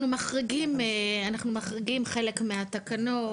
אנחנו מחריגים חלק מהתקנות,